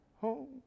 home